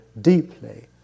deeply